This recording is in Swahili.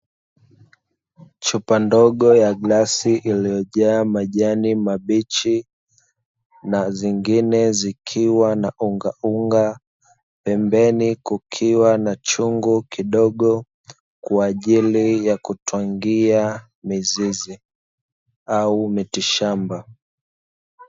Chupa ndogo ya glasi iliyojaaa majani mabichi, na zingine zikiwa na ungaunga. Pembeni kukiwa na chungu kidogo kwa ajili ya kutwangia mizizi au mitishamba.